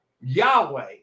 Yahweh